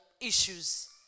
issues